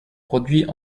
produits